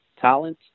talent